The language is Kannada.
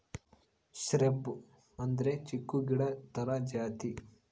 ಶ್ರಬ್ ಅಂದ್ರೆ ಚಿಕ್ಕು ಗಿಡ ತರ ಜಾತಿ